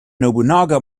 nobunaga